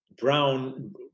Brown